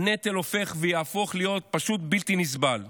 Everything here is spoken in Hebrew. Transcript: הנטל הופך ויהפוך להיות פשוט בלתי נסבל.